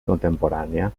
contemporània